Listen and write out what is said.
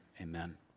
Amen